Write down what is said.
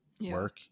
work